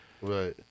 Right